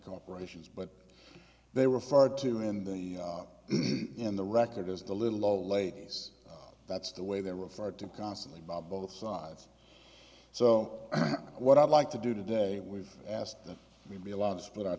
corporations but they referred to in the in the record as the little old ladies that's the way they're referred to constantly by both sides so what i'd like to do today we've asked that we be allowed to split our